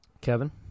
Kevin